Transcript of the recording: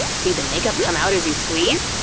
see the makeup come out as you squeeze?